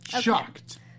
shocked